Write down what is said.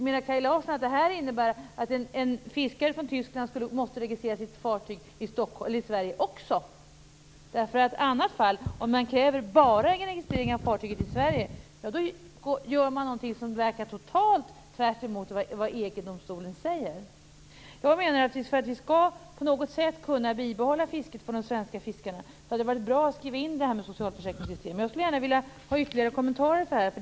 Menar Kaj Larsson att detta innebär att en fiskare från Tyskland måste registrera sitt fartyg också i Sverige? Om man kräver registrering av fartyget bara i Sverige gör man någonting som verkar tvärtemot vad EG-domstolen säger. Jag menar att det för att vi på något sätt skall kunna bibehålla fisket för de svenska fiskarna hade varit bra att skriva in att fiskarna skall bidra till socialförsäkringssystemet. Jag skulle vilja få ytterligare kommentarer till det.